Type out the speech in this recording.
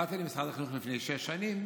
באתי למשרד החינוך לפני שש שנים,